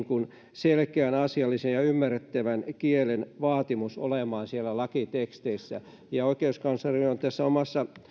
selkeän asiallisen ja ymmärrettävän kielen vaatimus olemaan siellä lakitekstissä oikeuskansleri on tässä omassa